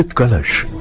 crash